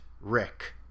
Rick